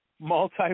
multi